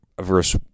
verse